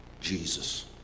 Jesus